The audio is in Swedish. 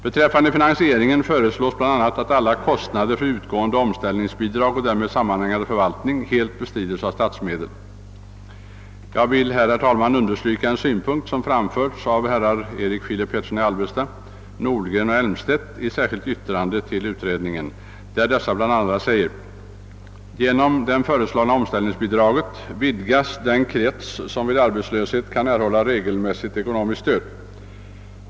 Beträffande finansieringen föreslås bl.a. att alla kostnader för utgående omställningsbidrag och därmed sammanhängande förvaltning helt bestrides av statsmedel. Jag vill här understryka en synpunkt som framförts av herrar Erik Filip Petersson, Nordgren och Elmstedt i särskilt yttrande till utredningen. De skriver bl.a.: »Genom det föreslagna omställningsbidraget vidgas den krets som vid arbetslöshet kan erhålla regelmässigt ekonomiskt stöd.